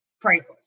priceless